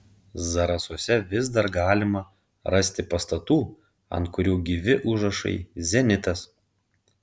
zarasuose vis dar galima rasti pastatų ant kurių gyvi užrašai zenitas